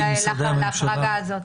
אנחנו לא מסכימים להחלטה הזאת.